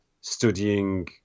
studying